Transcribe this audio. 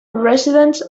residents